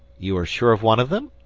you are sure of one of them?